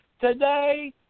today